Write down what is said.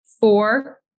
four